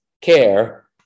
Care